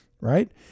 Right